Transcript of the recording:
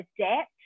adapt